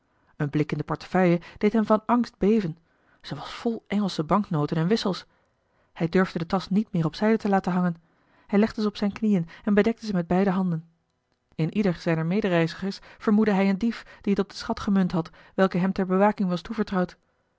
een blik in de portefeuille deed hem van angst beven ze was vol engelsche banknoten en wissels hij durfde de tasch niet meer op zijde te laten hangen hij legde ze op zijne knieën en bedekte ze met beide handen in ieder zijner medereizigers vermoedde hij een dief die het op den schat gemunt had welke hem ter bewaking was toevertrouwd